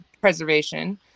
preservation